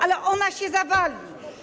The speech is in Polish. Ale ona się zawali.